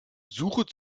suche